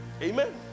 amen